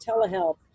telehealth